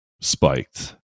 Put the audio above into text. spiked